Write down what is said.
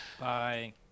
Bye